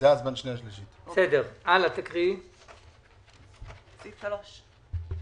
סעיף 3,